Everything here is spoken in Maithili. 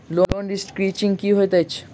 लोन रीस्ट्रक्चरिंग की होइत अछि?